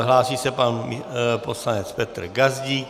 Hlásí se pan poslanec Petr Gazdík.